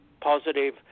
positive